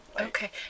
Okay